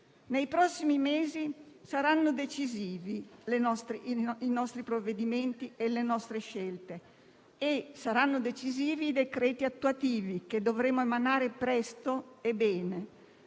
Nei prossimi mesi saranno decisivi i nostri provvedimenti e le nostre scelte e saranno decisivi i decreti attuativi che dovremo emanare presto e bene.